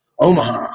omaha